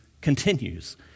continues